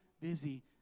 busy